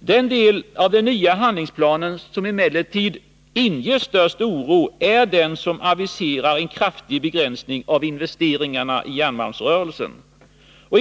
Den del av den nya handlingsplanen som emellertid inger störst oro är den som aviserar en kraftig begränsning av investeringarna i järnmalmsrörelsen.